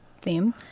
theme